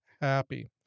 happy